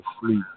sleep